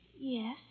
Yes